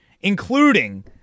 including